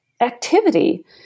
activity